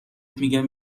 میگم